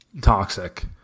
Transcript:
toxic